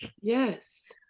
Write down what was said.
Yes